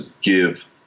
give